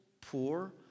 poor